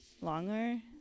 longer